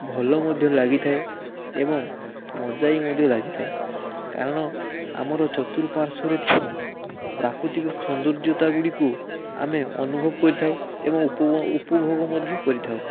ଭଲ ମଧ୍ୟ ଲାଗି ଥାଏ ଏବଂ ମଜା ବି ମଧ୍ୟ ଲାଗିଥାଏ କାରଣ ଆମର ଚତୁଃପାର୍ଶ୍ୱରେ ଥିବା ପ୍ରାକୃତିକ ସୋନ୍ଦର୍ଯ୍ୟତା ଗୁଡ଼ିକୁ ଆମେ ଅନୁଭବ କରିଥାଉ ଏବଂ ଉପ ଉପଭୋଗ ମଧ୍ୟ କରିଥାଉ